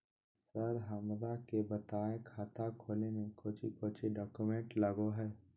Sir हमरा के बताएं खाता खोले में कोच्चि कोच्चि डॉक्यूमेंट लगो है?